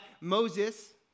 Moses